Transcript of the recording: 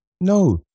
no